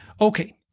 okay